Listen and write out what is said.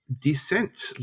Descent